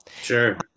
sure